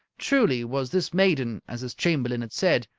truly was this maiden, as his chamberlain had said,